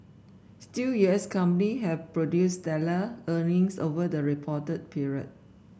still U S company have produced stellar earnings over the reporting period